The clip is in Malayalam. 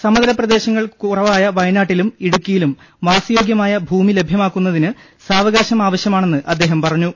സമതല പ്രദേശങ്ങൾ കുറവായ വയനാട്ടിലും ഇടുക്കിയിലും വാസയോഗ്യമായ ഭൂമി ലഭ്യമാക്കുന്നതിന് സാവകാശം ആവശ്യമാണെന്ന് അദ്ദേഹം പറഞ്ഞു